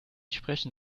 sprechen